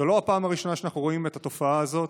זו לא הפעם הראשונה שאנחנו רואים את התופעה הזאת.